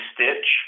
Stitch